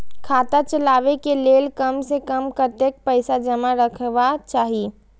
खाता चलावै कै लैल कम से कम कतेक पैसा जमा रखवा चाहि